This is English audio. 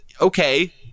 okay